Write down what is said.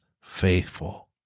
faithful